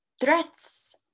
threats